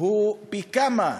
הוא גדול פי-כמה,